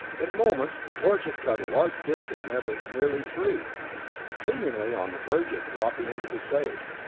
in moments, the torch had cut a large disc of metal nearly free seemingly on the verge of dropping into the safe.